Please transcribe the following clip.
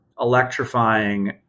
electrifying